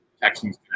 Texans